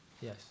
Yes